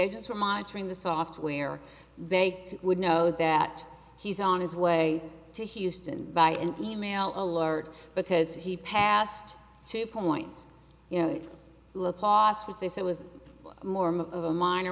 agents were monitoring the software they would know that he's on his way to houston by an e mail alert because he passed two points you know last week they said was more of a minor